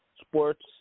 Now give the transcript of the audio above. sports